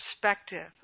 perspective